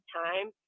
time